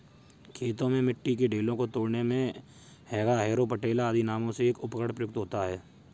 खेतों में मिट्टी के ढेलों को तोड़ने मे हेंगा, हैरो, पटेला आदि नामों से एक उपकरण प्रयुक्त होता है